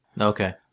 Okay